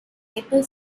maple